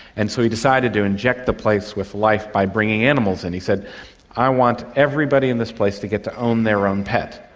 and so he decided to inject the place with life by bringing animals in. and he said i want everybody in this place to get to own their own pet.